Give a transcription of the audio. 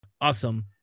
Awesome